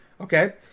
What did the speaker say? Okay